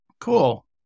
Cool